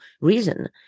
reason